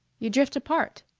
you drift apart,